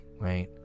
right